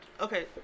Okay